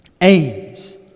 aims